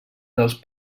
dels